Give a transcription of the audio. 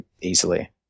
easily